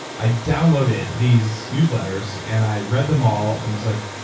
i downloaded these newsletters. and i read them all, and was like,